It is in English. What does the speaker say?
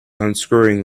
unscrewing